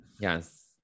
Yes